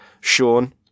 Sean